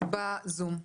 בזום.